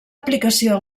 aplicació